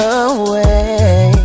away